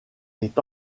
est